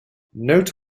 note